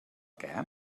què